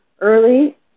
early